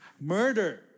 Murder